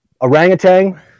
orangutan